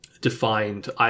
defined